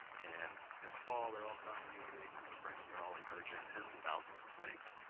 and in the fall they're all congregating, in the spring they're all emerging. tens of thousands of snakes.